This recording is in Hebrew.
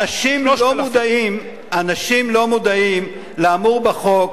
אנשים לא מודעים לאמור בחוק,